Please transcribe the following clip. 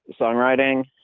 songwriting